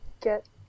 get